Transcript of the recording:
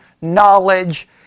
knowledge